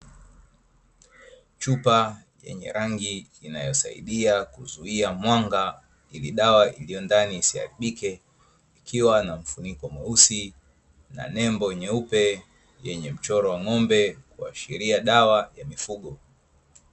Chupa yenye rangi inayosaidia kuzuia mwanga ili dawa iliyo ndani isiharibike ikiwa na mfuniko mweusi na nembo nyeupe yenye mchoro wa ng’ombe kuashiria dawa ya mifugo.